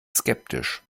skeptisch